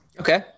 okay